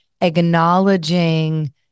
acknowledging